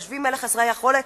תושבים אלה חסרי יכולת,